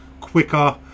quicker